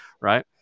right